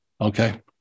Okay